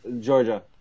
Georgia